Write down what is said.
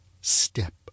step